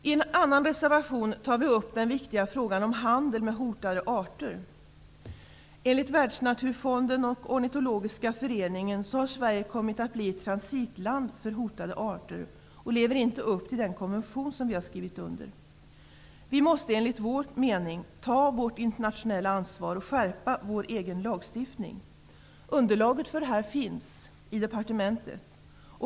I en annan reservation tar vi upp den viktiga frågan om handel med hotade arter. Enligt Världsnaturfonden och Ornitologiska föreningen har Sverige kommit att bli ett transitland för hotade arter, och vi lever inte upp till den konvention vi har skrivit under. Vi i Sverige måste enligt Socialdemokraternas mening ta vårt internationella ansvar och skärpa vår egen lagstiftning. Underlaget finns i departementet.